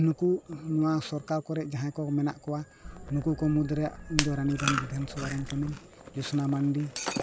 ᱱᱩᱠᱩ ᱱᱚᱣᱟ ᱥᱚᱨᱠᱟᱨ ᱠᱚᱨᱮᱜ ᱡᱟᱦᱟᱸᱭ ᱠᱚ ᱢᱮᱱᱟᱜ ᱠᱚᱣᱟ ᱱᱩᱠᱩ ᱠᱚ ᱢᱩᱫᱽ ᱨᱮ ᱤᱧ ᱫᱚ ᱨᱟᱱᱤᱵᱟᱸᱫᱷ ᱵᱤᱫᱷᱟᱱᱥᱚᱵᱷᱟ ᱨᱮᱱ ᱠᱟᱹᱱᱟᱹᱧ ᱡᱳᱥᱱᱟ ᱢᱟᱱᱰᱤ